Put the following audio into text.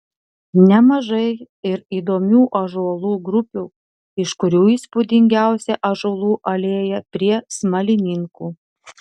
nemažai ir įdomių ąžuolų grupių iš kurių įspūdingiausia ąžuolų alėja prie smalininkų